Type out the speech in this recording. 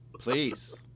Please